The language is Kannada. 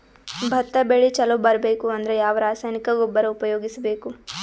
ಭತ್ತ ಬೆಳಿ ಚಲೋ ಬರಬೇಕು ಅಂದ್ರ ಯಾವ ರಾಸಾಯನಿಕ ಗೊಬ್ಬರ ಉಪಯೋಗಿಸ ಬೇಕು?